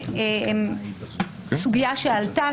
יש סוגיה שעלתה,